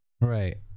Right